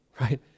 right